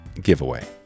giveaway